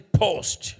post